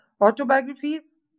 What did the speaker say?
autobiographies